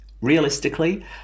realistically